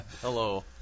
Hello